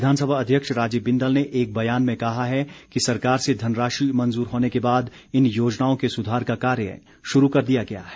विधानसभा अध्यक्ष राजीव बिंदल ने एक बयान में कहा है कि सरकार से धनराशि मंजूर होने के बाद इन योजनाओं के सुधार का कार्य शुरू कर दिया गया है